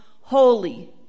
holy